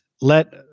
let